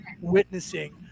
witnessing